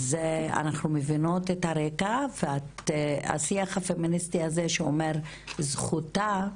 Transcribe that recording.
אז אנחנו מבינות את הרקע ואת השיח הפמיניסטי הזה שאומר זכותה,